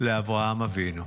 לאברהם אבינו.